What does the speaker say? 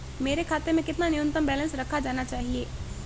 मेरे खाते में कितना न्यूनतम बैलेंस रखा जाना चाहिए?